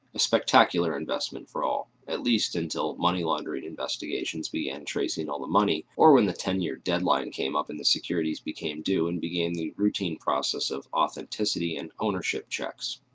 a spectacular investment for all! at least until money laundering investigations began tracing all the money, or when the ten year deadline came up and the securities became due, and began the routine process of authenticity and ownership checks.